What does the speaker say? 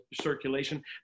circulation